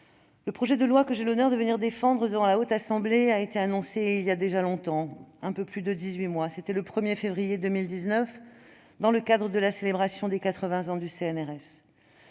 Le projet de loi que j'ai l'honneur de défendre devant la Haute Assemblée a été annoncé voilà un peu plus de dix-huit mois, le 1 février 2019, dans le cadre de la célébration des 80 ans du CNRS.